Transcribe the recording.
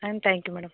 ah thank you madam